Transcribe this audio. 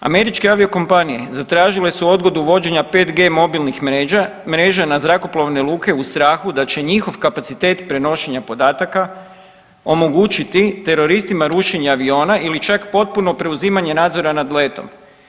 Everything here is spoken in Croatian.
Američke aviokompanije zatražile su odgodu uvođenja 5G mobilnih mreža na zrakoplovne luke u strahu da će njihov kapacitet prenošenja podataka omogućiti teroristima rušenje aviona ili čak potpuno preuzimanje nadzora nad letom.